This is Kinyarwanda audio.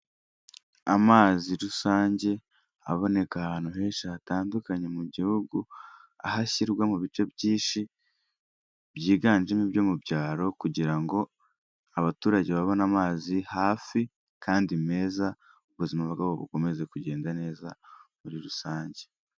Amazi rusange, aboneka ahantu henshi hatandukanye mu gihugu, aho ashyirwa mu bice byinshi, byiganjemo ibyo mu byaro kugira ngo abaturage babone amazi hafi kandi meza, ubuzima bwabo bukomeze kugenda neza muri rusange.